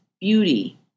beauty